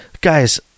guys